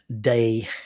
day